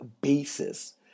basis